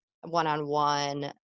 one-on-one